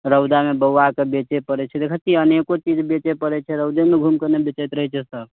रौदामे बौआ कऽ बेचय पड़ैत छै देखैत छिही अनेको चीज बेचय पड़ैत छै रौदेमे ने घूमि कऽ ने बेचैत रहैत छै सभ